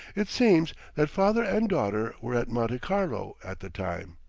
it seems that father and daughter were at monte carlo at the time.